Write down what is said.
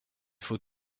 faut